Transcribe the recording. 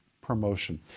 Promotion